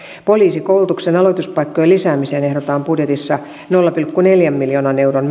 poliisikoulutuksen aloituspaikkojen lisäämiseen ehdotetaan budjetissa nolla pilkku neljän miljoonan euron